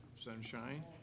Sunshine